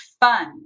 fun